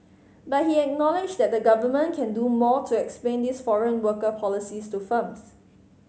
but he acknowledged that the Government can do more to explain its foreign worker policies to firms